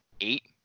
eight